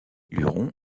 luron